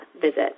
visit